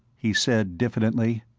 he said diffidently,